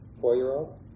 four-year-old